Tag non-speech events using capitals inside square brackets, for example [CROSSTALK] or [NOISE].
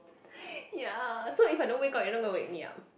[BREATH] ya so if I don't wake up you're not gonna wake me up